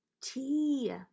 Tea